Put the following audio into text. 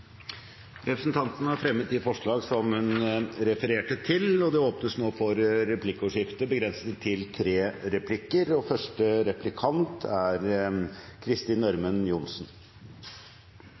Representanten Tove Karoline Knutsen har fremmet de forslag som hun refererte til. Det